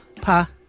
Pa